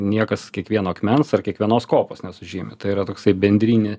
niekas kiekvieno akmens ar kiekvienos kopos nesužymi tai yra toksai bendrini